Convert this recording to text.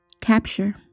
Capture